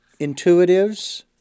intuitives